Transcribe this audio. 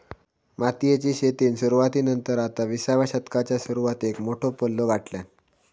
मोतीयेची शेतीन सुरवाती नंतर आता विसाव्या शतकाच्या सुरवातीक मोठो पल्लो गाठल्यान